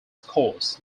cours